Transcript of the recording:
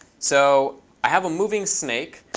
so i have a moving snake,